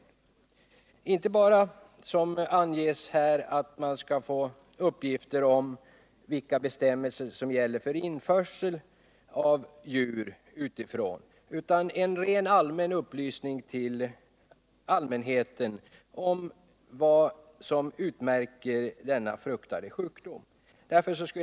En sådan bör inte bara, som anges här, omfatta uppgifter om vilka bestämmelser som gäller för införsel av djur utan också en allmän upplysning till allmänheten om vad som utmärker denna fruktade sjukdom.